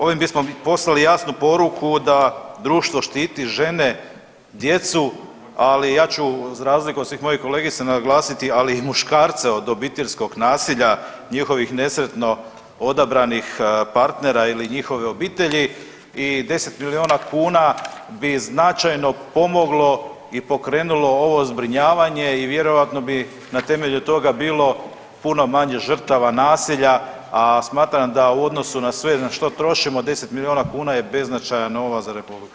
Ovim bismo poslali jasnu poruku da društvo štiti žene, djecu, ali ja ću za razliku od svih mojih kolegica naglasiti, ali i muškarce od obiteljskog nasilja, njihovih nesretno odabranih partnera ili njihove obitelji i 10 milijuna kuna bi značajno pomoglo i pokrenulo ovo zbrinjavanje i vjerojatno bi na temelju toga bilo puno manje žrtava nasilja, a smatram da u odnosu na sve na što trošimo, 10 milijuna kuna je beznačajan novac za RH.